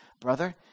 Brother